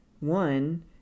One